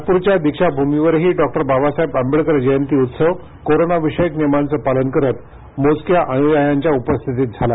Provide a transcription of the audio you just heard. नागपूरच्या दीक्षाभूमीवरही डॉक्टर बाबासाहेब आंबेडकर जयंती उत्सव कोरोनाविषयक नियमांचं पालन करत मोजक्या अनुयायांच्या उपस्थितीत झाला